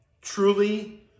truly